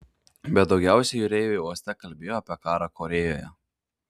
bet daugiausiai jūreiviai uoste kalbėjo apie karą korėjoje